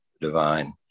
divine